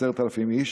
10,000 איש,